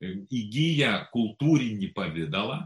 įgyja kultūrinį pavidalą